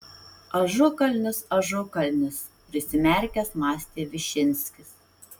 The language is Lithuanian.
ažukalnis ažukalnis prisimerkęs mąstė višinskis